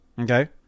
Okay